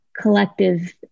collective